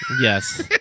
Yes